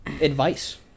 advice